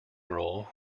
role